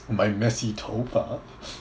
my messy 头发